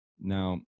Now